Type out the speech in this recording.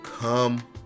Come